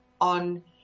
on